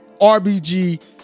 rbg